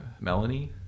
Melanie